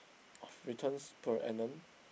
of returns per annum